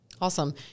Awesome